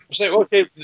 okay